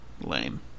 Lame